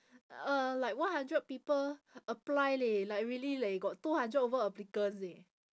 uh like one hundred people apply leh like really leh got two hundred over applicants eh